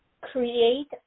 create